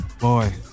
Boy